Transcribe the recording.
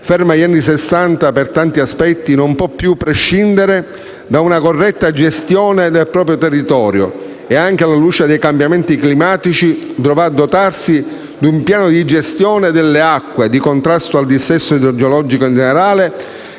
fermo agli anni Sessanta per tanti aspetti, non può più prescindere da una corretta gestione del proprio territorio e, anche alla luce dei cambiamenti climatici, dovrà dotarsi di un piano di gestione delle acque, di contrasto al dissesto idrogeologico in generale